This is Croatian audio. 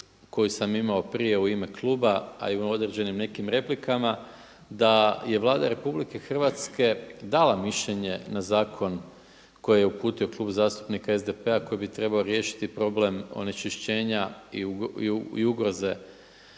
koju sam imao prije u ime kluba a i u određenim nekim replikama, da je Vlada RH dala mišljenje na zakon koji je uputio Klub zastupnika SDP-a koji bi trebao riješiti problem onečišćenja i ugroze